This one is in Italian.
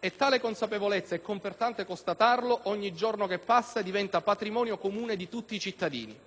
e tale consapevolezza - è confortante constatarlo - ogni giorno che passa, diventa patrimonio comune di tutti i cittadini.